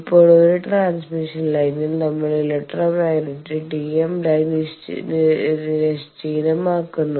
ഇപ്പോൾ ഒരു ട്രാൻസ്മിഷൻ ലൈനിൽ നമ്മൾ ഇലക്ട്രോമാഗ്നെറ്റിക് TM ലൈൻ തിരശ്ചീനമാക്കുന്നു